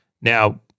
Now